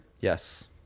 Yes